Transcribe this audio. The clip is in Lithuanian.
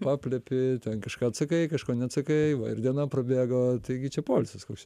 paplepi ten kažką atsakai kažko neatsakai va ir diena prabėgo taigi čia poilsis koks čia